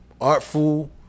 artful